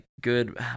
good